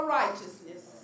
righteousness